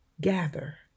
gather